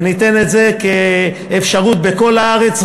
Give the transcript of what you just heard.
וניתן את זה כאפשרות בכל הארץ,